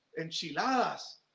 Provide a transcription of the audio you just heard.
enchiladas